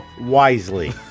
wisely